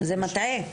זה מטעה.